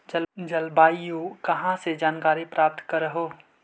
जलवायु कहा से जानकारी प्राप्त करहू?